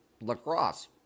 lacrosse